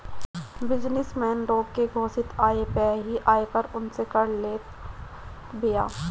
business man लोग के घोषित आय पअ ही आयकर उनसे कर लेत बिया